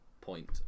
point